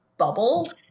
bubble